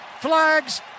flags